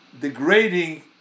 degrading